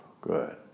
Good